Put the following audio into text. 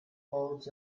holds